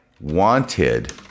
wanted